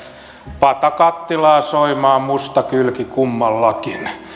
pata kattilaa soimaa musta kylki kummallakin